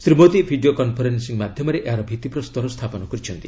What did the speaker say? Shri Modi video conferencing ମାଧ୍ୟମରେ ଏହାର ଭିଭିପ୍ରସ୍ତର ସ୍ଥାପନ କରିଚ୍ଛନ୍ତି